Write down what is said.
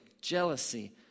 jealousy